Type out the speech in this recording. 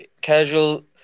casual